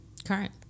Current